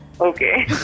Okay